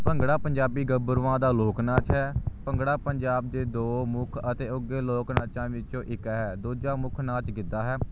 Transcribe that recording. ਭੰਗੜਾ ਪੰਜਾਬੀ ਗੱਭਰੂਆਂ ਦਾ ਲੋਕ ਨਾਚ ਹੈ ਭੰਗੜਾ ਪੰਜਾਬ ਦੇ ਦੋ ਮੁੱਖ ਅਤੇ ਉੱਘੇ ਲੋਕ ਨਾਚਾਂ ਵਿੱਚੋਂ ਇੱਕ ਹੈ ਦੂਜਾ ਮੁੱਖ ਨਾਚ ਗਿੱਧਾ ਹੈ